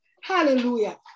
Hallelujah